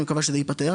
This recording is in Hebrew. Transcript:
אני מקווה שזה ייפתר.